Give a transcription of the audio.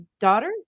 daughter